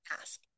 ask